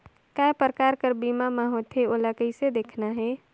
काय प्रकार कर बीमा मा होथे? ओला कइसे देखना है?